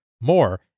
More